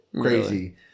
crazy